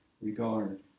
regard